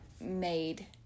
made